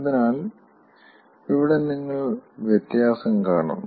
അതിനാൽ ഇവിടെ നിങ്ങൾ വ്യത്യാസം കാണുന്നു